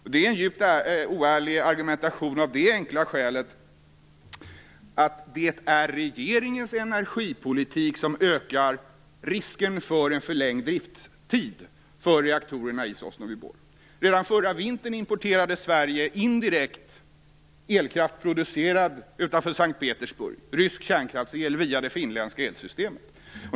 Detta är en djupt oärlig argumentation av det enkla skälet att det är regeringens energipolitik som ökar risken för en förlängd driftstid för reaktorerna i Sosnovyj Bor. Redan förra vintern importerade Sverige indirekt elkraft som var producerad utanför S:t Petersburg, alltså rysk kärnkraftsel, via det finländska elsystemet.